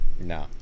No